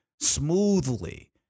smoothly